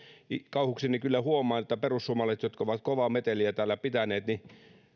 kauhukseni kyllä huomaan että perussuomalaiset jotka ovat kovaa meteliä täällä pitäneet eivät ole paikalla se